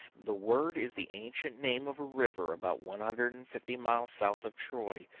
the word is the ancient name of a river about one hundred and fifty miles south of troy,